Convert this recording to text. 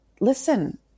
Listen